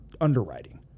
underwriting